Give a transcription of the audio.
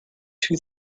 two